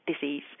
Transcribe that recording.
disease